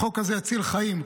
החוק הזה יציל חיים.